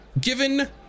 given